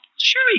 Sure